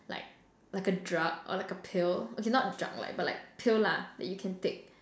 like like a drug or like a pill okay not drug lah but like pill lah that you can take